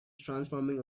transforming